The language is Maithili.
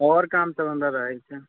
आओर कामसब हमरा रहै छै